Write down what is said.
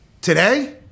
Today